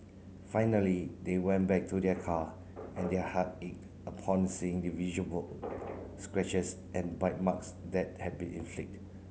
finally they went back to their car and their heart ached upon seeing the visible scratches and bite marks that had been inflict